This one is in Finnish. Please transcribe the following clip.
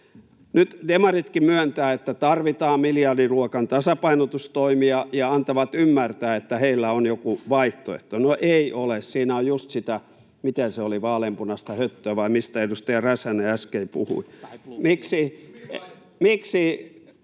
Nyt demaritkin myöntävät, että tarvitaan miljardiluokan tasapainotustoimia, ja antavat ymmärtää, että heillä on joku vaihtoehto. No ei ole. Siinä on just sitä, miten se oli, vaaleanpunaista höttöä, vai mistä edustaja Räsänen äsken puhui. Miksi